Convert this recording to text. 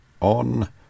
on